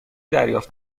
دریافت